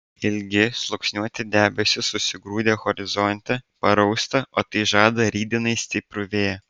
ilgi sluoksniuoti debesys susigrūdę horizonte parausta o tai žada rytdienai stiprų vėją